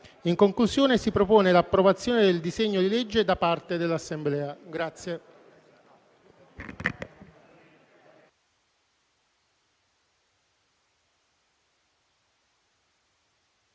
In conclusione, si propone l'approvazione del disegno di legge da parte dell'Assemblea